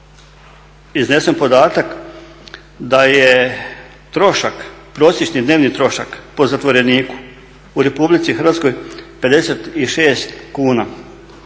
iznesen podatak da je trošak, prosječni dnevni trošak po zatvoreniku u Republici Hrvatskoj 56 kuna.